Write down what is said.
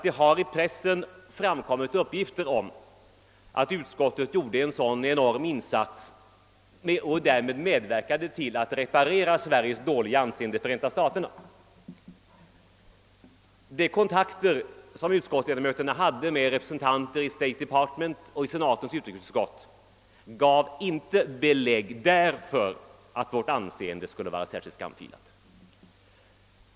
Det har i pressen framskymtat uppgifter om att utskottet gjort en enorm insats och medverkat till att reparera Sveriges dålig anseende i Förenta staterna. De kontakter som utskottsledamöterna hade med representanter för State Department och senatens utrikesutskott gav inte något belägg för att vårt anseende skulle vara särskilt skamfilat.